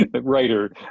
writer